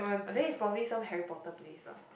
are there is probably some Harry Potter place lah